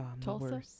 tulsa